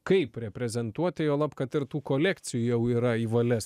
kaip reprezentuoti juolab kad ir tų kolekcijų jau yra į valias